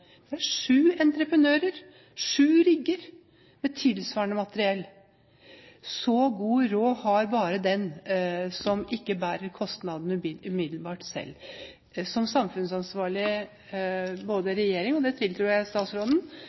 Vestfold, med sju entreprenører – sju rigger med tilsvarende materiell. Så god råd har bare den som ikke bærer kostnadene umiddelbart selv. Som samfunnsansvarlige – både regjeringen, det tiltror jeg statsråden,